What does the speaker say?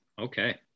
Okay